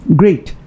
great